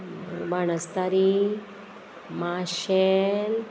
Banastari Marcel